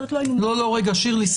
שירלי,